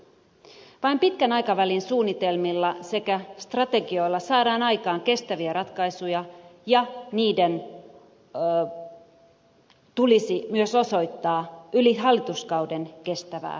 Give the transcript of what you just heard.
vain pitkän aikavälin suunnitelmilla sekä strategioilla saadaan aikaan kestäviä ratkaisuja ja niiden tulisi myös osoittaa yli hallituskauden kestävää sitoutumista